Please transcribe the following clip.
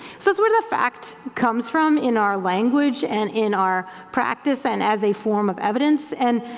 so that's where the fact comes from in our language and in our practice and as a form of evidence. and